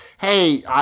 hey